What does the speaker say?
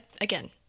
again